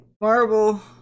Marble